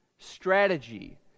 Strategy